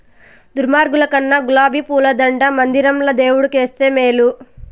దుర్మార్గుల కన్నా గులాబీ పూల దండ మందిరంల దేవుడు కేస్తే మేలు